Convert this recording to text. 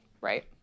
right